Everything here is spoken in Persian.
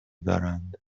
دارند